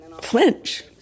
flinch